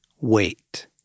wait